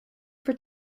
for